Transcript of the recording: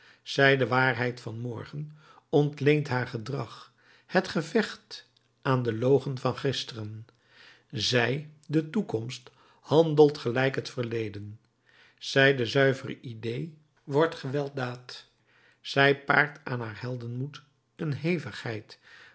zij de waarheid van morgen ontleent haar gedrag het gevecht aan de logen van gisteren zij de toekomst handelt gelijk het verleden zij de zuivere idée wordt gewelddaad zij paart aan haar heldenmoed een hevigheid